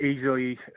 easily